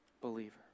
believer